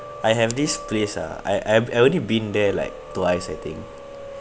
I have this place ah I I've I already been there like twice I think